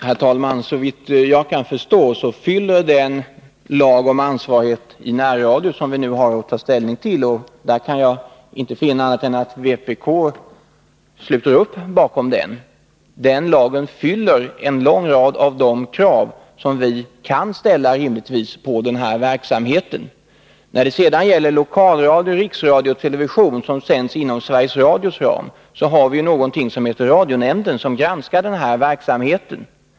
Herr talman! Såvitt jag kan förstå fyller den lag om ansvarighet i närradion som vi nu har att ta ställning till — och jag kan inte finna annat än att vpk sluter upp bakom den — en lång rad av de krav som vi rimligtvis kan ställa på denna verksamhet. När det sedan gäller lokalradio, riksradio och television, som sänds inom Sveriges Radios ram, har vi någonting som heter radionämnden, som granskar verksamheten.